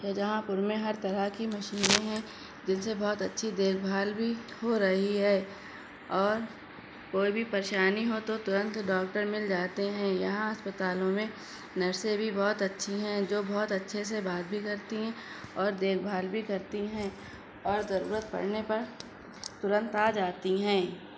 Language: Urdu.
شاہجہاں پور میں ہر طرح کی مشینیں ہیں جن سے بہت اچھی دیکھ بھال بھی ہو رہی ہے اور کوئی بھی پریشانی ہو تو ترنت ڈاکٹر مل جاتے ہیں یہاں اسپتالوں میں نرسیں بھی بہت اچھی ہیں جو بہت اچھے سے بات بھی کرتی ہیں اور دیکھ بھال بھی کرتی ہیں اور ضرورت پڑنے پر ترنت آ جاتی ہیں